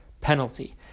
Penalty